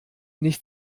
nicht